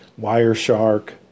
Wireshark